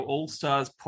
All-Stars